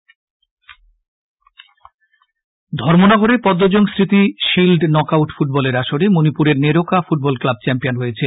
পদ্মজং ধর্মনগরে পদ্মজং স্মৃতি shield knockout ফুটবলের আসরে মনিপুরের নেরোকা ফুটবল ক্লাব চ্যাম্পিয়ন হয়েছে